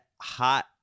hot